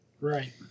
right